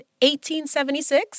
1876